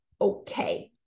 okay